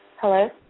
Hello